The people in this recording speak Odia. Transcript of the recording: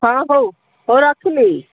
ହଁ ହଉ ହଉ ରଖିଲି